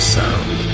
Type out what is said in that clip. sound